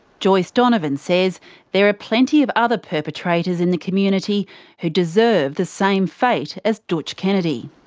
joyce donovan says there are plenty of other perpetrators in the community who deserve the same fate as dootch kennedy.